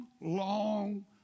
long